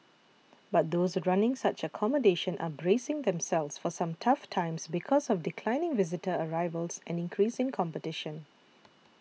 but those running such accommodation are bracing themselves for some tough times because of declining visitor arrivals and increasing competition